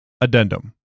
Addendum